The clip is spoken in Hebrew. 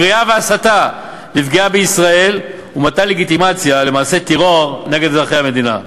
קריאה והסתה לפגיעה בישראל ומתן לגיטימציה למעשי טרור נגד אזרחי המדינה.